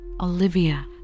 Olivia